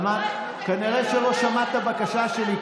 כנראה שלא שמעת את הבקשה שלי.